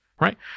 right